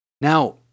Now